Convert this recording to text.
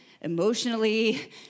emotionally